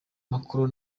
macron